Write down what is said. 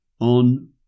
on